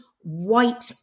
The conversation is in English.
white